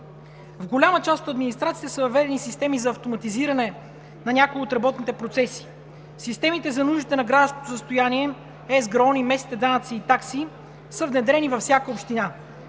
В голяма част от администрациите са въведени системи за автоматизиране на някои от работните процеси. Системите за нуждите на гражданското състояние, ЕСГРАОН и местните данъци и такси са внедрени във всяка община.